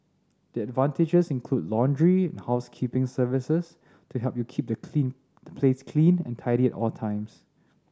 the advantages include laundry and housekeeping services to help you keep the clean the place clean and tidy at all times